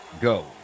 go